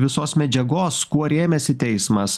visos medžiagos kuo rėmėsi teismas